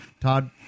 Todd